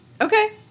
okay